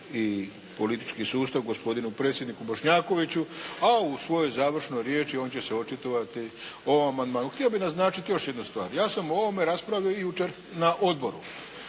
i politički sustav gospodinu predsjedniku Bošnjakjoviću, a on u završnoj riječi on će se očitovati o amandmanu. Htio bih naznačiti još jednu stvar. Ja sam o ovome raspravio i jučer na odboru